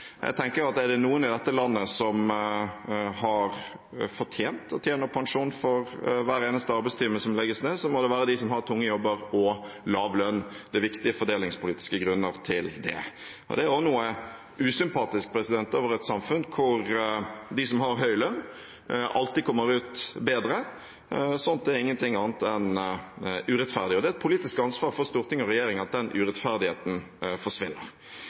Jeg tenker at er det noen i dette landet som har fortjent å tjene opp pensjon for hver eneste arbeidstime som legges ned, må det være de som har tunge jobber og lav lønn. Det er viktige fordelingspolitiske grunner til det. Det er også noe usympatisk over et samfunn hvor de som har høy lønn, alltid kommer bedre ut. Det er ingenting annet enn urettferdig, og det er et politisk ansvar for storting og regjering at den urettferdigheten forsvinner.